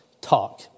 talk